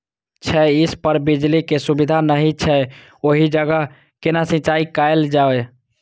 छै इस पर बिजली के सुविधा नहिं छै ओहि जगह केना सिंचाई कायल जाय?